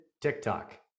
TikTok